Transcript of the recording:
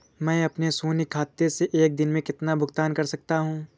मैं अपने शून्य खाते से एक दिन में कितना भुगतान कर सकता हूँ?